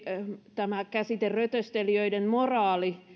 tämä käsite rötöstelijöiden moraali